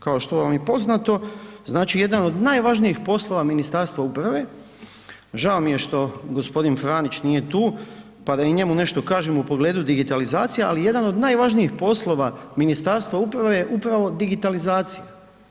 Kao što vam je i poznato, znači jedan od najvažnijih poslova Ministarstva uprave, žao mi je što g. Franić nije tu, pa da i njemu nešto kažem u pogledu digitalizacije, ali jedan od najvažnijih poslova Ministarstva uprave je upravo digitalizacija.